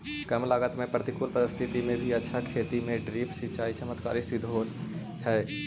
कम लागत में प्रतिकूल परिस्थिति में भी अच्छा खेती में ड्रिप सिंचाई चमत्कारी सिद्ध होल हइ